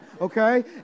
okay